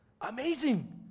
Amazing